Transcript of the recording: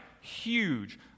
Huge